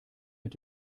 mit